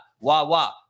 wah-wah